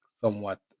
somewhat